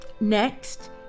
Next